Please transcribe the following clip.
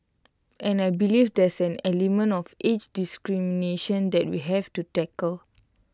and I believe there's an element of age discrimination that we have to tackle